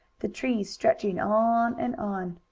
the trees stretching on and on.